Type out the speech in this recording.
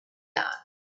yards